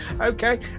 okay